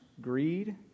greed